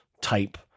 type